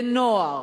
לנוער,